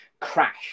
crash